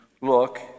look